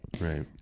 Right